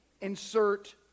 insert